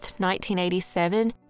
1987